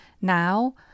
Now